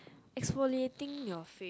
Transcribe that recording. exfoliating your face